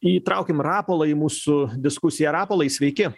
įtraukim rapolą į mūsų diskusiją rapolai sveiki